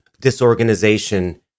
disorganization